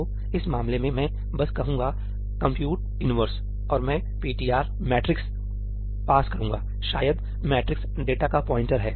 तो इस मामले में मैं बस कहूंगा 'compute inverse' और मैं 'ptr matrix' पास करूंगा शायद मैट्रिक्स डेटा का प्वाइंटर है